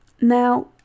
Now